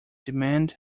demand